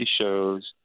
shows